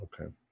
okay